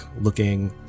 looking